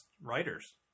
writers